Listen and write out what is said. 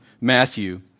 Matthew